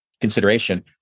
consideration